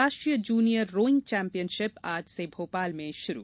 राष्ट्रीय junior rowing championship आज से भोपाल में शुरू